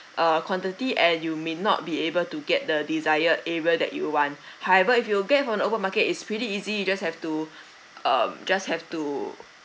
uh quantity and you may not be able to get the desired area that you want however if you get from the open market is pretty easy you just have to um just have to